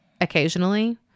occasionally